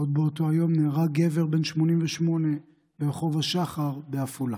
עוד באותו היום נהרג גבר בן 88 ברחוב השחר בעפולה.